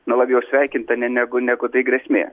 nu labiau sveikinta negu negu tai grėsmė